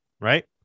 right